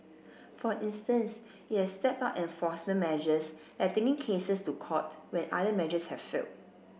for instance it has stepped up enforcement measures like taking cases to court when other measures have failed